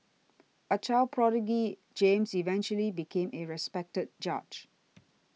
a child prodigy James eventually became a respected judge